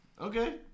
Okay